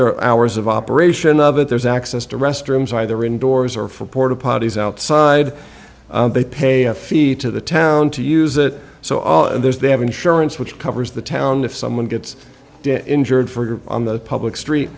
their hours of operation of it there's access to restrooms either indoors or for porta potties outside they pay a fee to the town to use it so there's they have insurance which covers the town if someone gets injured for it or on the public street